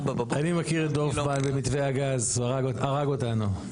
אני מכיר את דורפמן במתווה הגז, הרג אותנו.